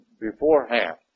beforehand